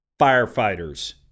firefighters